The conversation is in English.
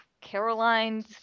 Caroline's